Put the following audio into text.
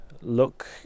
look